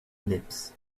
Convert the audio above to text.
lips